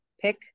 pick